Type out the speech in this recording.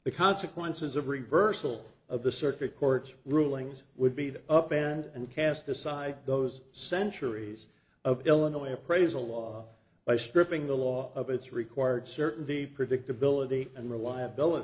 the consequences of reversal of the circuit court's rulings would be the up and cast aside those centuries of illinois appraisal law by stripping the law of it's required certainty predictability and reliability